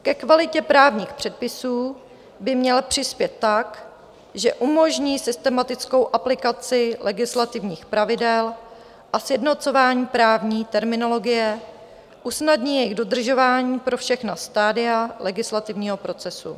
Ke kvalitě právních předpisů by měl přispět tak, že umožní systematickou aplikaci legislativních pravidel a sjednocování právní terminologie, usnadní jejich dodržování pro všechna stadia legislativního procesu.